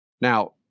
Now